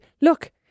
look